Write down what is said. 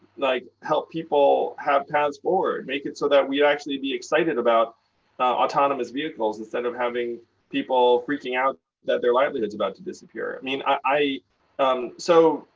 like, help people have paths forward. make it so that we'd actually be excited about autonomous vehicles instead of having people freaking out that their livelihood's about to disappear. i mean, um so,